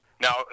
Now